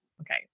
Okay